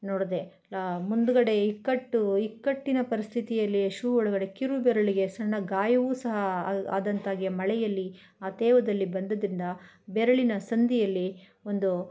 ನೋಡಿದೆ ಮುಂದುಗಡೆ ಇಕ್ಕಟ್ಟು ಇಕ್ಕಟ್ಟಿನ ಪರಿಸ್ಥಿತಿಯಲ್ಲಿ ಶೂ ಒಳಗಡೆ ಕಿರು ಬೆರಳಿಗೆ ಸಣ್ಣ ಗಾಯವು ಸಹ ಅ ಆದಂತಾಗಿ ಮಳೆಯಲ್ಲಿ ಆ ತೇವದಲ್ಲಿ ಬಂದಿದ್ರಿಂದ ಬೆರಳಿನ ಸಂದಿಯಲ್ಲಿ ಒಂದು